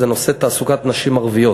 זה תעסוקת נשים ערביות.